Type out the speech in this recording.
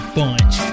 bunch